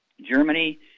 Germany